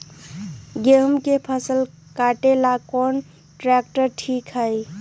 गेहूं के फसल कटेला कौन ट्रैक्टर ठीक होई?